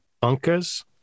Bunkers